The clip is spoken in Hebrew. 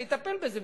שיטפל בזה,